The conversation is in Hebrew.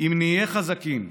"אם נהיה חזקים,